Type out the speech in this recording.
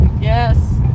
Yes